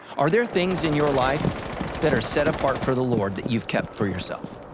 are there things in your life that are set apart for the lord that you've kept for yourself?